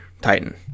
Titan